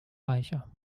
reicher